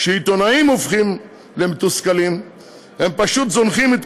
כשעיתונאים הופכים למתוסכלים הם פשוט זונחים את